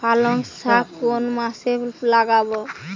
পালংশাক কোন মাসে লাগাব?